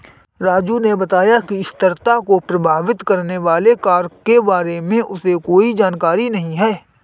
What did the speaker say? राजू ने बताया कि स्थिरता को प्रभावित करने वाले कारक के बारे में उसे कोई जानकारी नहीं है